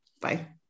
Bye